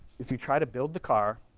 if you try to build the car,